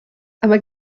aber